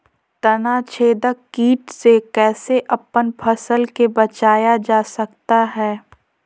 तनाछेदक किट से कैसे अपन फसल के बचाया जा सकता हैं?